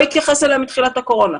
לא התייחס אליהם מתחילת הקורונה.